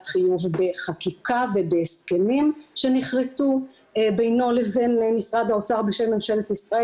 חיוב בחקיקה ובהסכמים שנכרתו בינו לבין משרד האוצר בשם ממשלת ישראל,